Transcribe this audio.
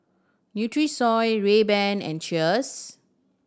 Nutrisoy Rayban and Cheers